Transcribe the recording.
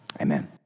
Amen